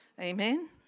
Amen